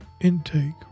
intake